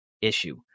issue